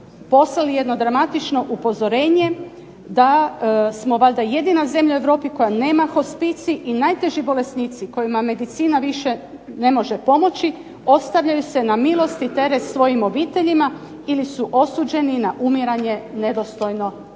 poslali jedno dramatično upozorenje da smo valjda jedina zemlja u Europi koja nema hospicij i najteži bolesnici kojima medicina više ne može pomoći ostavljaju se na milost i teret svojim obiteljima ili su osuđeni na umiranje nedostojno čovjeka.